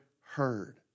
heard